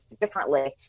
differently